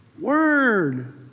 word